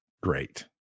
great